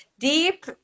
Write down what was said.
deep